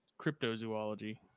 cryptozoology